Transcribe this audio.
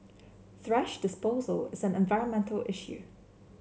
thrash disposal is an environmental issue